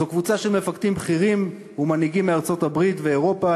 זו קבוצה של מפקדים בכירים ומנהיגים מארצות-הברית ואירופה.